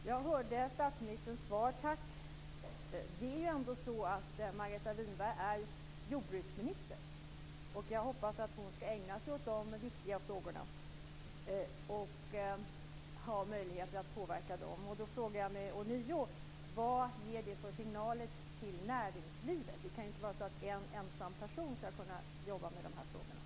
Fru talman! Om man gör den beskrivning som Birgitta Wistrand gör är det en rätt underlig signal ut i samhället. Jag säger att jämställdhetsfrågorna handläggs av Margareta Winberg, och det är en utomordentligt kraftig signal till det svenska samhället och till omvärlden.